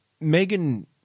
Megan